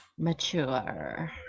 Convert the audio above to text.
mature